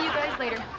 guys later.